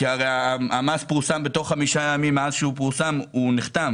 המס פורסם ובתוך 5 ימים מאז פורסם, הוא נחתם